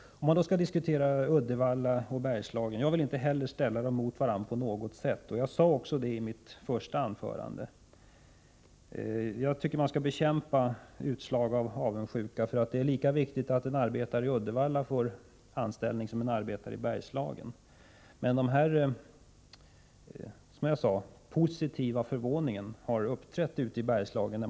Om man nu skall diskutera Uddevalla och Bergslagen, vill jag inte på något sätt ställa dessa regioner emot varandra, vilket jag också sade i mitt första anförande. Utslag av avundsjuka bör bekämpas. Det är lika viktigt att en arbetare i Uddevalla får anställning som att en arbetare i Bergslagen får det. Men det har, som jag sade, uppstått en positiv förvåning i Bergslagen.